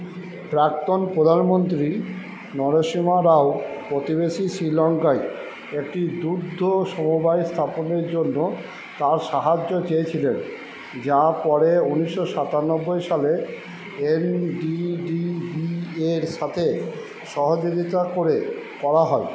প্রাক্তন প্রধানমন্ত্রী নারাসিমহা রাও প্রতিবেশী শ্রীলঙ্কায় একটি দুগ্ধ সমবায় স্থাপনের জন্য তাঁর সাহায্য চেয়েছিলেন যা পরে ঊনিশো সাতানব্বই সালে এন ডী ডী বির সাথে সহযোগিতা করে করা হয়